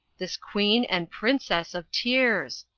this queen and princess of tears!